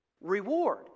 reward